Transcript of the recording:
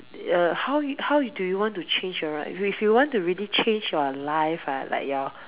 err how how do you want to change your life if you really want to change your life ah like your